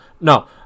No